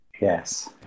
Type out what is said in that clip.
Yes